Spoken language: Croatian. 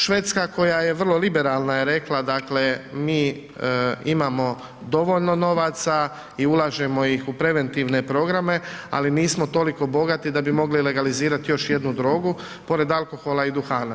Švedska koja je vrlo liberalna je rekla, dakle, mi imamo dovoljno novaca i ulažemo ih u preventivne programe, ali nismo toliko bogati da bi mogli legalizirati još jednu drogu, pored alkohola i duhana.